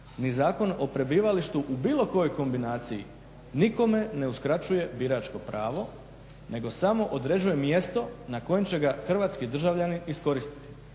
ni Zakon o prebivalištu u bilo kojoj kombinaciji nikome ne uskraćuje biračko pravo nego samo određuje mjesto na kojem će ga hrvatski državljanin iskoristiti.